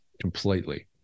completely